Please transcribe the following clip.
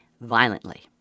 violently